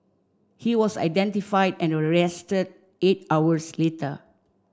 he was identify and arrested eight hours later